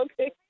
Okay